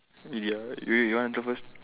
ya wait wait you want to talk first